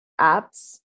apps